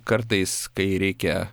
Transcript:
kartais kai reikia